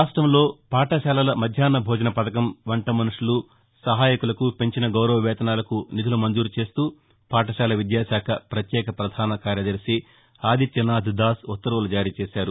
రాష్టంలో పాఠశాలల మధ్యాహ్నభోజన పథకం వంటమనుషులు సహాయకులకు పెంచిన గౌరవవేతనాలకు నిధులు మంజూరు చేస్తూ పాఠశాల విద్యాకాఖ పత్యేక పధాన కార్యదర్శి ఆదిత్యనాథ్దాస్ ఉత్తర్వులు జారీ చేశారు